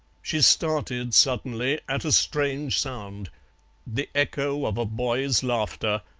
she started suddenly at a strange sound the echo of a boy's laughter,